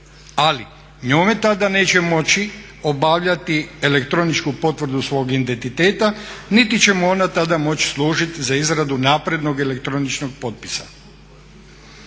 Ali njome tada neće moći obavljati elektroničku potvrdu svog identiteta niti će mu onda tada moći služiti za izradu naprednog elektroničkog potpisa.